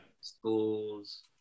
schools